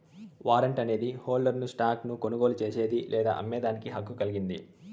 warrant అనేది హోల్డర్ను stock ను కొనుగోలు చేసేదానికి లేదా అమ్మేదానికి హక్కు కలిగింది